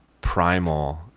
primal